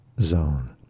zone